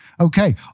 Okay